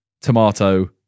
tomato